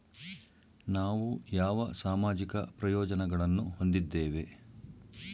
ನಾವು ಯಾವ ಸಾಮಾಜಿಕ ಪ್ರಯೋಜನಗಳನ್ನು ಹೊಂದಿದ್ದೇವೆ?